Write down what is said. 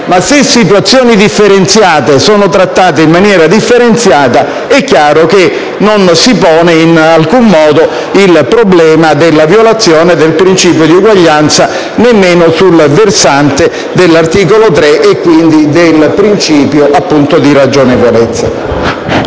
Ma, se situazioni differenziate sono trattate in maniera differenziata, non si pone in alcun modo il problema della violazione del principio di uguaglianza, nemmeno sul versante dell'articolo 3 e, quindi, del principio di ragionevolezza.